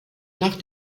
nach